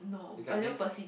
it's like this